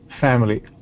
family